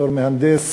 בתור מהנדס